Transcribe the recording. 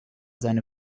seine